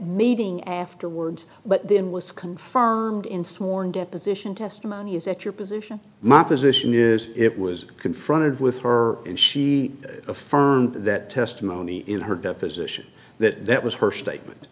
meeting afterwards but then was confirmed in sworn deposition testimony is that your position my position is it was confronted with her and she affirmed that testimony in her deposition that that was her statement